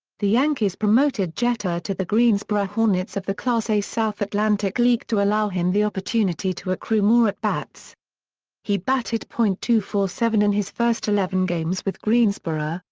the yankees promoted jeter to the greensboro hornets of the class a south atlantic league to allow him the opportunity to accrue more at-bats. he batted point two four seven in his first eleven games with greensboro,